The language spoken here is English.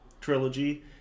trilogy